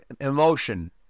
emotion